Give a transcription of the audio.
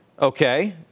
Okay